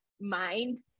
mind